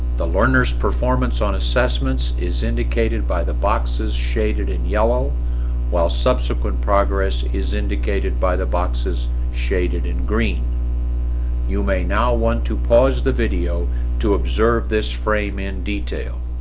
the learners performance on assessments is indicated by the boxes shaded in yellow while subsequent progress is indicated by the boxes shaded in green you may now want to pause the video to observe this frame in detail